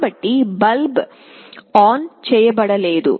కాబట్టి bulb on చేయబడలేదు